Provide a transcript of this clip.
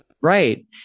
right